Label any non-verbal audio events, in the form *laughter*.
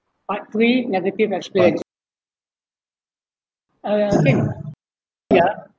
part three negative *noise* experience uh *coughs* can ya